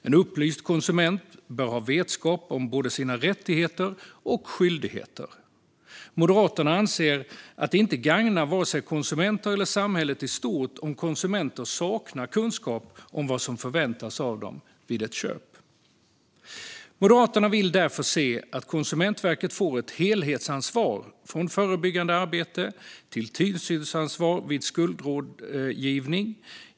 En upplyst konsument bör ha vetskap om både sina rättigheter och sina skyldigheter. Moderaterna anser att det inte gagnar vare sig konsumenter eller samhället i stort om konsumenter saknar kunskap om vad som förväntas av dem vid ett köp. Moderaterna vill därför se att Konsumentverket får ett helhetsansvar, från förebyggande arbete till tillsynsansvar vid skuldrådgivning.